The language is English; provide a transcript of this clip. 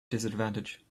disadvantage